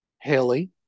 Haley